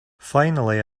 finally